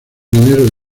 minero